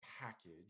package